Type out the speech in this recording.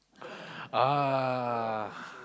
ah